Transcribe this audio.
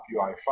UI5